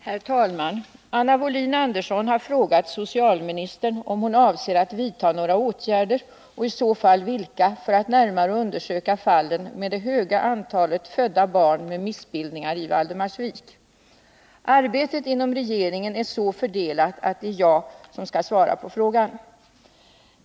Herr talman! Anna Wohlin-Andersson har frågat socialministern om hon avser att vidta några åtgärder — och i så fall vilka — för att närmare undersöka det stora antalet fall då barn fötts med missbildningar i Valdemarsvik. Arbetet inom regeringen är så fördelat att det är jag som skall svara på frågan.